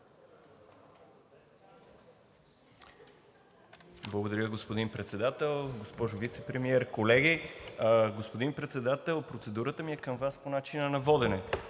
Благодаря, господин Председател. Госпожо Вицепремиер, колеги! Господин Председател, процедурата ми е към Вас по начина на водене.